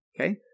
Okay